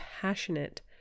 passionate